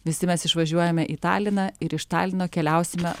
visi mes išvažiuojame į taliną ir iš talino keliausime